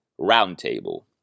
roundtable